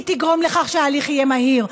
היא תגרום לכך שההליך יהיה מהיר.